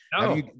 no